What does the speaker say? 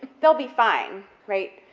they'll be fine, right,